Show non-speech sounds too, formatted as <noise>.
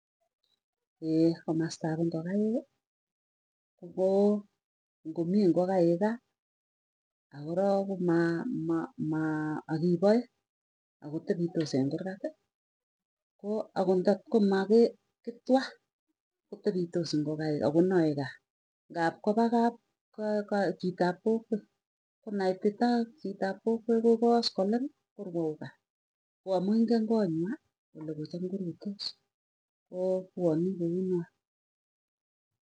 <hesitation> Komastap ingokaiki, koo ngomii ngokaik kaa akorok komaa maa ma akipae akotepitos eng kurgati, akondat komake kitwa kotepitos ingokaik akonae gaa. Ngap kopa kap chitop kokwee, konaitita chitap kokwee ko koskoleny, korwau gaa. Ko amuu ingen konywa olekocham korutoss koo pwani kouno.